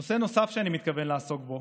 נושא נוסף שאני מתכוון לעסוק בו